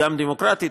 גם דמוקרטית,